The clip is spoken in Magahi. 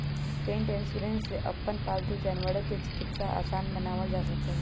पेट इन्शुरन्स से अपन पालतू जानवर के चिकित्सा आसान बनावल जा सका हई